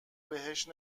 بهش